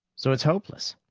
so it's hopeless?